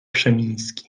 krzemiński